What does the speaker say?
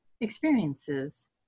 experiences